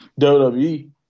WWE